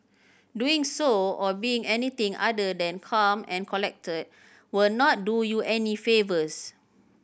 doing so or being anything other than calm and collected will not do you any favours